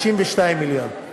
92 מיליון.